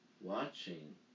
watching